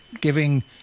giving